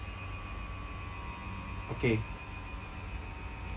okay